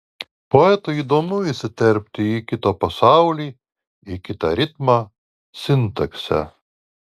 poetui įdomu įsiterpti į kito pasaulį į kitą ritmą sintaksę